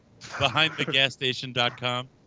Behindthegasstation.com